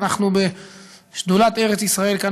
ואנחנו בשדולת ארץ-ישראל כאן,